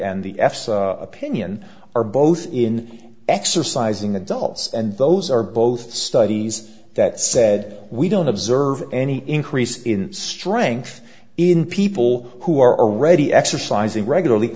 and the f s opinion are both in exercising adults and those are both studies that said we don't observe any increase in strength in people who are already exercising regularly